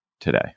today